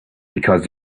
because